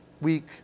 Week